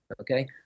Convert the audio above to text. Okay